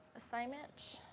assignment.